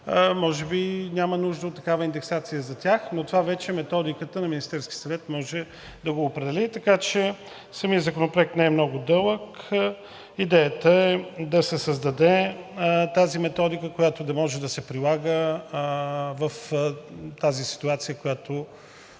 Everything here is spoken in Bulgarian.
може би няма нужда от такава индексация – това вече методиката на Министерския съвет може да го определи. Така че самият законопроект не е много дълъг – идеята е да се създаде такава методика, която да може да се прилага в тази ситуация, която